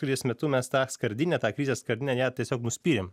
krizės metu mes tą skardinę tą krizės skardinę ją tiesiog nuspyrėm